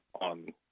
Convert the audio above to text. on